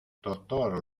doctor